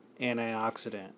antioxidant